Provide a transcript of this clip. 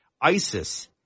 ISIS